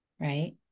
Right